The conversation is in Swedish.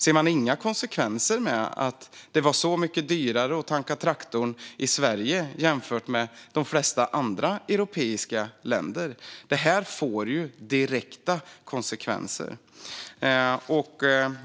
Ser de inga konsekvenser med att det var mycket dyrare att tanka traktorn i Sverige än i de flesta andra europeiska länder? Detta får direkta konsekvenser.